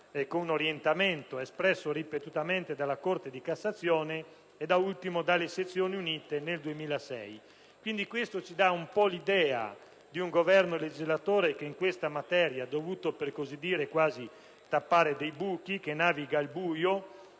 con l'orientamento espresso ripetutamente dalla Corte di cassazione e da ultimo dalle sezioni unite nel 2006. Ciò dà dunque l'idea di un Governo legislatore che in questa materia ha dovuto quasi tappare i buchi e navigare al buio